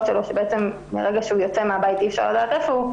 שלו שבעצם מרגע שהוא יוצא מהבית אי אפשר לדעת היכן הוא,